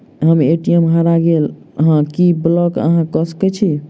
हम्मर ए.टी.एम हरा गेल की अहाँ ब्लॉक कऽ सकैत छी?